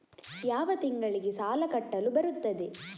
ಯಾವ ತಿಂಗಳಿಗೆ ಸಾಲ ಕಟ್ಟಲು ಬರುತ್ತದೆ?